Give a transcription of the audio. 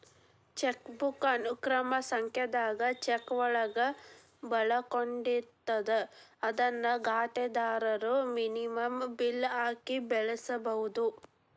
chequebook ಅನುಕ್ರಮ ಸಂಖ್ಯಾದಾಗ ಚೆಕ್ಗಳನ್ನ ಒಳಗೊಂಡಿರ್ತದ ಅದನ್ನ ಖಾತೆದಾರರು ವಿನಿಮಯದ ಬಿಲ್ ಆಗಿ ಬಳಸಬಹುದು